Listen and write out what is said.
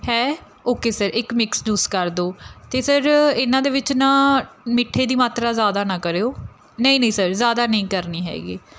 ਹੈ okay sir ਇੱਕ mix juice ਕਰ ਦਿਓ ਅਤੇ ਸਰ ਇਹਨਾਂ ਦੇ ਵਿੱਚ ਨਾ ਮਿੱਠੇ ਦੀ ਮਾਤਰਾ ਜ਼ਿਆਦਾ ਨਾ ਕਰਿਓ ਨਹੀਂ ਨਹੀਂ ਸਰ ਜ਼ਿਆਦਾ ਨਹੀਂ ਕਰਨੀ ਹੈਗੀ